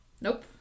nope